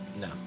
No